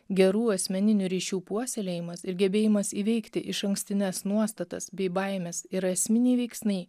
gerų asmeninių ryšių puoselėjimas ir gebėjimas įveikti išankstines nuostatas bei baimes yra esminiai veiksniai